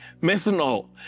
methanol